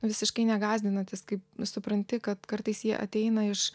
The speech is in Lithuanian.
visiškai negąsdinantys kaip nu supranti kad kartais jie ateina iš